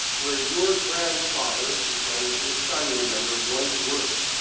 where your grandfather he's writing to his son, remember? once worked.